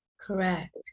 Correct